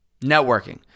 Networking